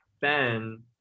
ben